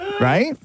right